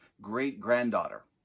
great-granddaughter